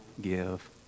give